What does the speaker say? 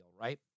right